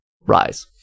rise